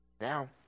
Now